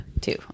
Two